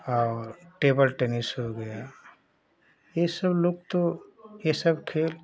और table tennis हो गया यह सब लोग तो यह सब खेल